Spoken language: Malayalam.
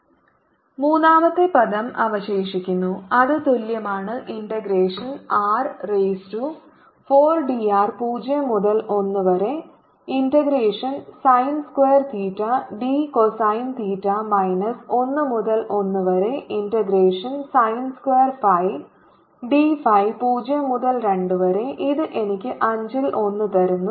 VdV2xxzy2r2drdcosθdϕ2r sinθcosϕr2drdcosθdϕrsinθcosϕrcosθr2drdcosθdϕr2 r2drdcosθdϕr2 r2drdcosθdϕ since 02πcos ϕdϕ0 മൂന്നാമത്തെ പദം അവശേഷിക്കുന്നു അത് തുല്യമാണ് integration r raise to 4 d r 0 മുതൽ 1 വരെ integration sine square theta d cosine theta minus 1 മുതൽ 1 വരെ integration sine square phi d phi 0 മുതൽ 2 pi വരെഇത് എനിക്ക് അഞ്ചിൽ ഒന്ന് തരുന്നു